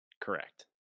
Correct